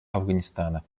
афганистана